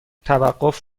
توقف